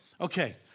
Okay